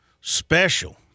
special